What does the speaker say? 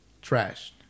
trashed